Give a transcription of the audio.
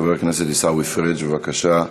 חבר הכנסת עיסאווי פריג', בבקשה.